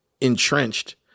Entrenched